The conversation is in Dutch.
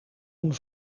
een